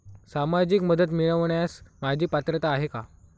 सामाजिक मदत मिळवण्यास माझी पात्रता आहे का?